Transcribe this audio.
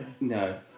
No